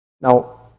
Now